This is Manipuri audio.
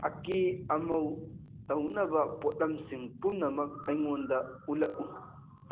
ꯑꯀꯦ ꯑꯃꯧ ꯇꯧꯅꯕ ꯄꯣꯠꯂꯝꯁꯤꯡ ꯄꯨꯝꯅꯃꯛ ꯑꯩꯉꯣꯟꯗ ꯎꯠꯂꯛꯎ